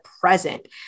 present